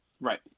Right